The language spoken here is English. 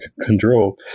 control